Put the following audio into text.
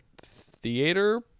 theater